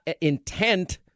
intent